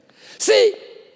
See